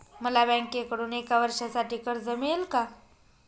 मला बँकेकडून एका वर्षासाठी कर्ज मिळेल का?